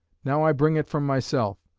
now i bring it from myself.